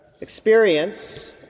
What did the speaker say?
experience